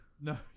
no